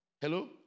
Hello